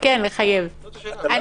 בבדיקות.